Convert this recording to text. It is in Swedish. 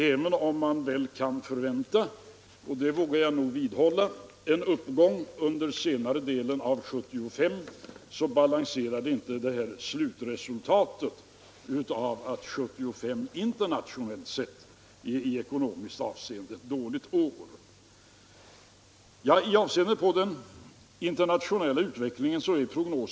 Även om man kan förvänta — det vågar jag nog vidhålla — en uppgång under senare delen av 1975, så balanserar det inte slutresultatet att 1975 internationellt sett i ekonomiskt avseende är ett dåligt år. Prognoserna är svåra när det gäller den internationella utvecklingen.